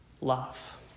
love